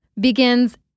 begins